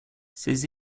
ces